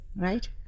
Right